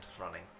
running